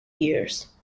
years